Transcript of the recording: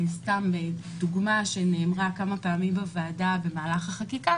דוגמה שנאמרה כמה פעמים בוועדה במהלך החקיקה